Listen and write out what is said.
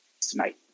tonight